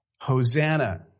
Hosanna